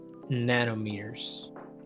nanometers